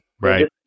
Right